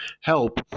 help